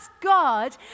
God